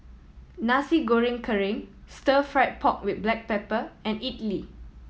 Nasi Goreng Kerang Stir Fried Pork With Black Pepper and idly